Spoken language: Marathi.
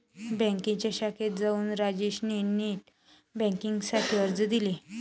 बँकेच्या शाखेत जाऊन राजेश ने नेट बेन्किंग साठी अर्ज दिले